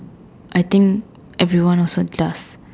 I think everyone of them does